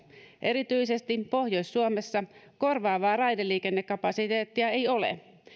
erityisesti pohjois suomessa korvaavaa raideliikennekapasiteettia ei ole